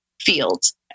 fields